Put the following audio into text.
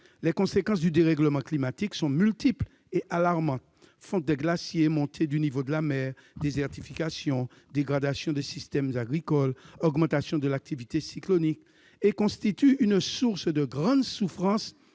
Les conséquences du dérèglement climatique sont multiples et alarmantes- fonte des glaciers, montée du niveau de la mer, désertification, dégradation des systèmes agricoles, augmentation de l'activité cyclonique ... -et constituent une source de grandes souffrances